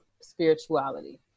spirituality